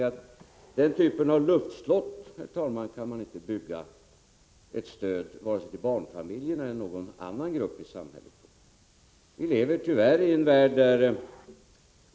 På den typen av luftslott kan man inte bygga ett stöd till vare sig barnfamiljerna eller någon annan grupp i samhället.